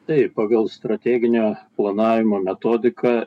taip pagal strateginio planavimo metodiką